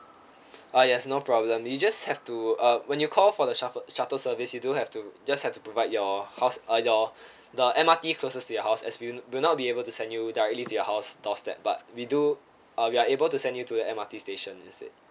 uh yes no problem you just have to uh when you call for the shuttle shuttle service you do have to just have to provide your house uh your the M_R_T closes to your house as we'll not be able to send you directly to your house downstairs but we do uh we are able to send you to the M_R_T station instead